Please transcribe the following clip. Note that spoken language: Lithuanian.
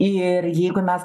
ir jeigu mes